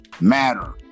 matter